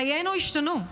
חיינו השתנו,